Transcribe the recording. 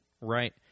right